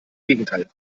gegenteil